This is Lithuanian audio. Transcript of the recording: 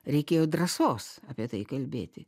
reikėjo drąsos apie tai kalbėti